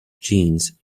jeans